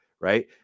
right